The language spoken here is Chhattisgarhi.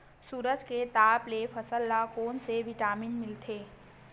सूरज के ताप ले फसल ल कोन ले विटामिन मिल थे?